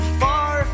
far